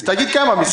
אז תמיד כמה.